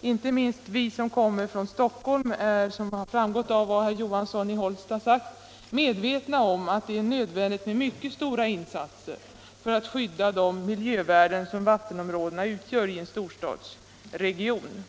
Inte minst vi som kommer från Stockholm är — som framgick av vad herr Johansson i Hållsta sade — medvetna om att det är nödvändigt med mycket stora insatser för att skydda de miljövärden som vattenområdena utgör i en storstadsregion.